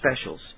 specials